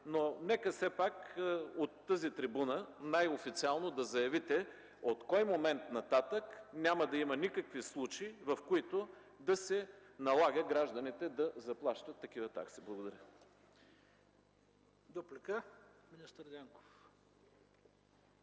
Нека все пак от тази трибуна най-официално да заявите от кой момент нататък няма да има никакви случаи, в които да се налага гражданите да заплащат такива такси. Благодаря.